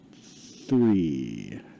three